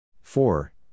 four